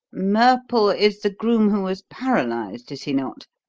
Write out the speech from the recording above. murple is the groom who was paralysed, is he not?